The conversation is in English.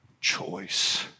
choice